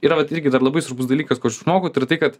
yra vat irgi dar labai svarbus dalykas kur žmogui tai yra tai kad